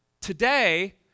Today